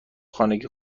خانگی